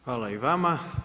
Hvala i vama.